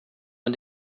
man